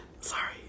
Sorry